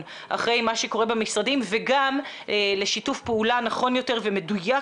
אחרי מה שקורה במשרדים וגם לשיתוף פעולה נכון יותר ומדויק